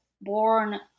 born